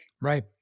Right